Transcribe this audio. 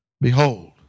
Behold